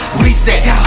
reset